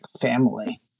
family